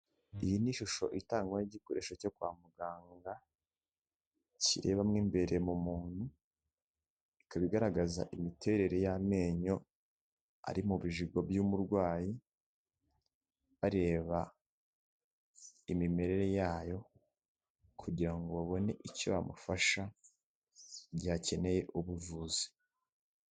Iyi ni ishusho itangwa n'igikoresho cyo kwa muganga kireba mu imbere mu muntu, ikaba igaragaza imiterere y'amenyo ari mu bijigo by'umurwayi bareba imimerere yayo, kugira ngo babone icyo bamufasha igihe akeneye ubuvuzi.